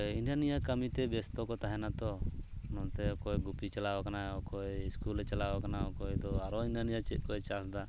ᱦᱤᱱᱟᱹ ᱱᱤᱭᱟᱹ ᱠᱟᱹᱢᱤᱛᱮ ᱵᱮᱥᱛᱚ ᱠᱚ ᱛᱟᱦᱮᱱᱟ ᱛᱚ ᱱᱚᱛᱮ ᱚᱠᱚᱭ ᱜᱩᱯᱤ ᱪᱟᱞᱟᱣ ᱠᱟᱱᱟᱭ ᱚᱠᱚᱭ ᱥᱠᱩᱞᱮ ᱪᱟᱞᱟᱣ ᱠᱟᱱᱟ ᱚᱠᱚᱭ ᱫᱚ ᱟᱨᱚ ᱦᱤᱱᱟᱹ ᱱᱤᱭᱟᱹ ᱪᱮᱫ ᱠᱚᱭ ᱪᱟᱥ ᱮᱫᱟᱭ